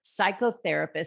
psychotherapist